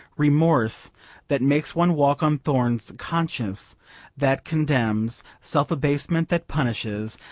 remorse that makes one walk on thorns, conscience that condemns, self abasement that punishes,